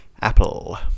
Apple